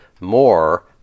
more